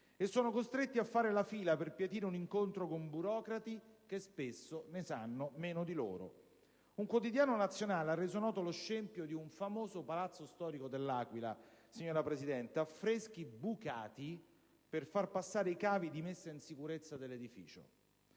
e sono costretti a fare la fila per pietire un incontro con burocrati che spesso ne sanno meno di loro. Un quotidiano nazionale ha reso noto lo scempio di un palazzo storico dell'Aquila, signora Presidente, dove ci sono affreschi bucati per far passare i cavi di messa in sicurezza dell'edificio.